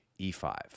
e5